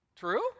true